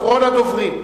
אחרון הדוברים.